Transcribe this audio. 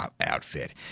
outfit